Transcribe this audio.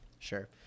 Sure